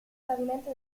pavimento